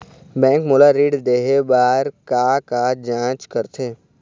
Bank मोला ऋण देहे बार का का जांच करथे?